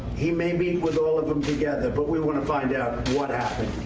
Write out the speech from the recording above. he may meet with all of them together. but we want to find out what happened.